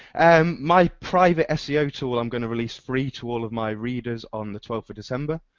um my private seo tool i'm going to release free to all of my readers on the twelfth of december.